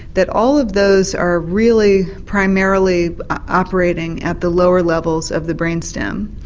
that all of those are really primarily operating at the lower levels of the brain stem.